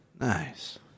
Nice